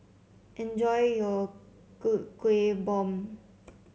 enjoy your Kuih Bom